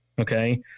okay